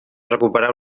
recuperar